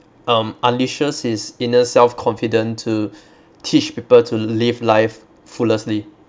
um unleashes his inner self confident to teach people to live life fullestly